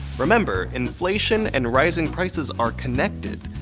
remember, inflation and rising prices are connected.